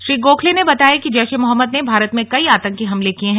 श्री गोखले ने बताया कि जैश ए मोहम्मद ने भारत में कई आतंकी हमले किए हैं